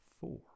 four